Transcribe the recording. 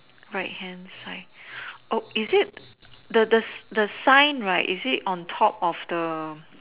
right hand side oh is it the the the sign right is it on top of the